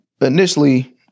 initially